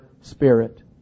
spirit